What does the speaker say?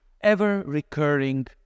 ever-recurring